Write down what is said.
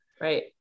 Right